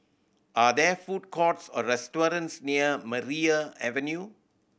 are there food courts or restaurants near Maria Avenue